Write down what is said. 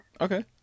okay